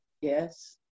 Yes